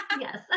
Yes